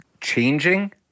changing